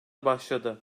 başladı